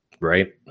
right